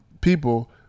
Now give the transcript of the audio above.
people